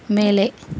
மேலே